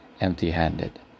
empty-handed